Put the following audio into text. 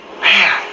Man